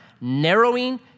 narrowing